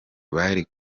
bari